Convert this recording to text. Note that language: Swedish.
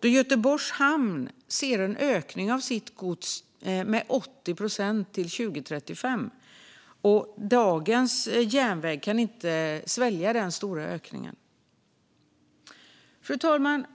då Göteborgs hamn ser en ökning av sitt gods med 80 procent till 2035. Dagens järnväg kan inte svälja denna stora ökning. Fru talman!